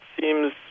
seems